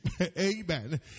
amen